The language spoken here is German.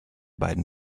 beiden